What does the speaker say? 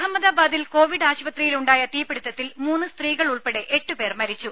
രുദ അഹമ്മദാബാദിൽ കോവിഡ് ആശുപത്രിയിലുണ്ടായ തീപിടിത്തത്തിൽ മൂന്നു സ്ത്രീകൾ ഉൾപ്പെടെ എട്ടു പേർ മരിച്ചു